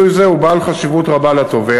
פיצוי זה הוא בעל חשיבות רבה לתובע.